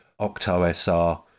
OctoSR